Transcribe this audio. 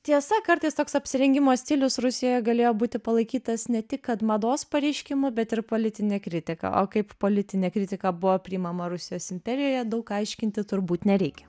tiesa kartais toks apsirengimo stilius rusijoje galėjo būti palaikytas ne tik kad mados pareiškimu bet ir politine kritika o kaip politinė kritika buvo priimama rusijos imperijoje daug aiškinti turbūt nereikia